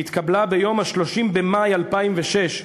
שהתקבלה ביום 30 במאי 2006,